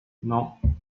non